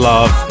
Love